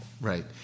Right